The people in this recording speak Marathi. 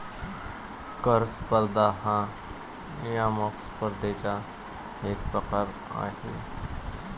कर स्पर्धा हा नियामक स्पर्धेचा एक प्रकार आहे